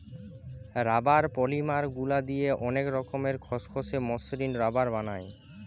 rubber polymer গুলা দিয়ে অনেক রকমের খসখসে, মসৃণ রাবার বানায়